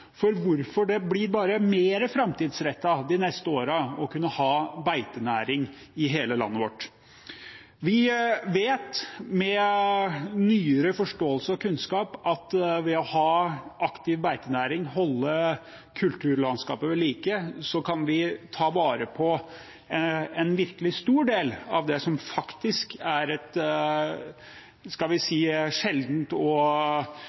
for hvorfor det de neste årene blir bare mer framtidsrettet å kunne ha beitenæring i hele landet vårt. Vi vet, med nyere forståelse og kunnskap, at ved å ha en aktiv beitenæring og holde kulturlandskapet ved like kan vi ta vare på en virkelig stor del av det som faktisk er et